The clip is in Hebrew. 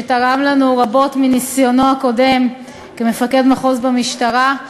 שתרם לנו רבות מניסיונו הקודם כמפקד מחוז במשטרה,